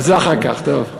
זה אחר כך, טוב.